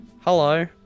Hello